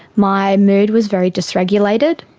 my mood was very dis-regulated.